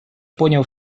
понял